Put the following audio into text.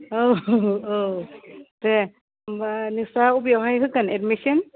औ औ दे होमब्ला नोंस्रा अबेयावहाय होगोन एडमिसन